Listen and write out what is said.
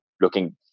looking